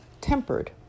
tempered